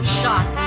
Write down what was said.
shot